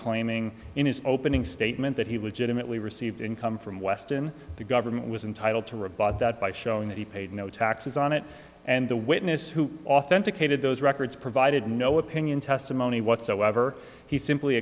claiming in his opening statement that he was genuinely received income from weston the government was entitle to rebut that by showing that he paid no taxes on it and the witness who authenticated those records provided no opinion testimony whatsoever he simply